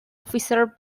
officer